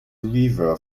river